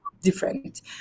different